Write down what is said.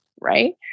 right